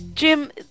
Jim